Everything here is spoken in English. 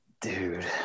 Dude